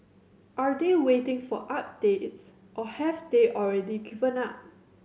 are they waiting for updates or have they already given up